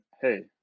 hey